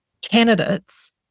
candidates